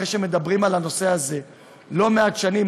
אחרי שמדברים על הנושא הזה לא-מעט שנים,